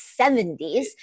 70s